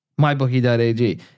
MyBookie.ag